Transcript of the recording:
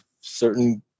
certain